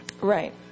Right